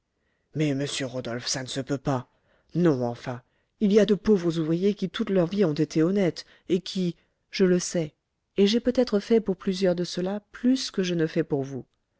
mais monsieur rodolphe ça ne se peut pas non enfin il y a de pauvres ouvriers qui toute leur vie ont été honnêtes et qui je le sais et j'ai peut-être fait pour plusieurs de ceux-là plus que je ne fais pour vous